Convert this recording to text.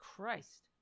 Christ